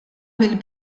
mill